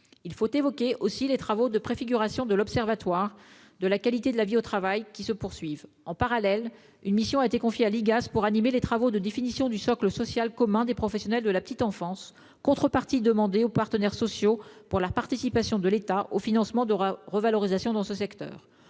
Il faut évoquer aussi les travaux de préfiguration de l'observatoire national de la qualité de vie au travail (ONQVT), qui se poursuivent. En parallèle, une mission a été confiée à l'Igas pour animer les travaux de définition du socle social commun des professionnels de la petite enfance, contrepartie demandée aux partenaires sociaux pour la participation de l'État au financement de revalorisations dans le secteur.